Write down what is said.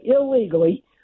illegally